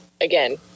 again